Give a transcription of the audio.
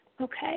Okay